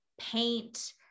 paint